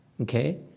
okay